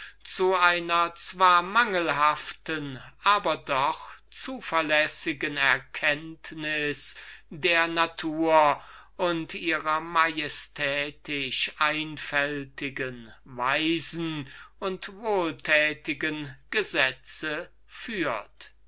zu einer zwar mangelhaften aber doch zuverlässigen erkenntnis der natur und ihrer majestätisch einfältigen weisen und wohltätigen gesetze